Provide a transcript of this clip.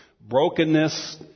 brokenness